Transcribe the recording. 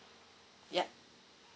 yup